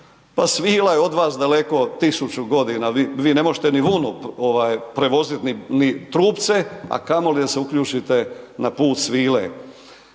Pa svila je od vas daleko 1000 godina, vi ne možete ni vunu prevoziti ni trupce, a kamoli da se uključite na Put svile.